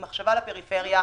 עם מחשבה לפריפריה.